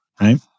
Right